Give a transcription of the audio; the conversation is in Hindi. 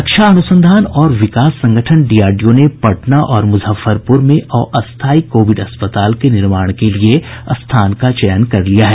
रक्षा अनुसंधान और विकास संगठन डीआरडीओ ने पटना और मुजफ्फरपुर में अस्थायी कोविड अस्पताल के निर्माण के लिए स्थान का चयन कर लिया है